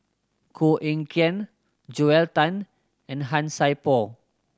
Koh Eng Kian Joel Tan and Han Sai Por